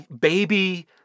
baby